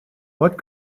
what